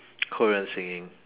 korean singing